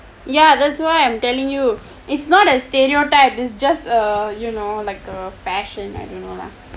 ya that's why I'm telling you it's not a stereotype is just a you know like a fashion